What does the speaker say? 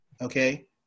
Okay